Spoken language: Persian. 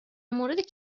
مورد